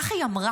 ככה היא אמרה,